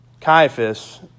Caiaphas